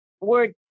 word